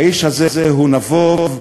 האיש הזה הוא נבוב,